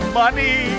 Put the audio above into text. money